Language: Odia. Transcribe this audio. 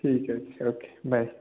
ଠିକ୍ ଅଛି ରଖିଲି ବାଏ